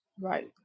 Right